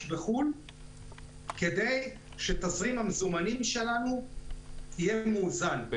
בחו"ל כדי שתזרים המזומנים שלנו יהיה מאוזן,